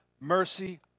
mercy